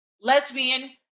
lesbian